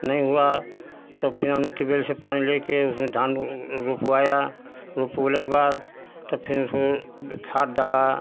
नहीं हुआ तो फिर हम लोग ट्यूबबेल से पानी लेकर उसमें धान ओन रोपवाया रोपवाने के बाद तब फिर उसमें फिर खाद डाला